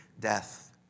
death